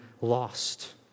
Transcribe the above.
lost